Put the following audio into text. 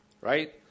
right